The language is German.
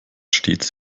stets